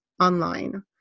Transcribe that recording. online